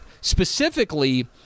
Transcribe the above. Specifically